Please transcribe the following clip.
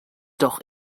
doch